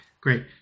Great